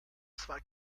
zwei